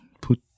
put